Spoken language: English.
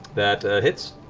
that hits.